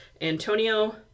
Antonio